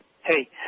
Hey